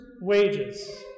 wages